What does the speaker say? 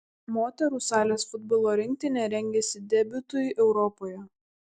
moterų salės futbolo rinktinė rengiasi debiutui europoje